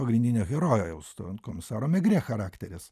pagrindinio herojaus to komisaro megrė charakteris